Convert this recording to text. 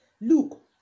look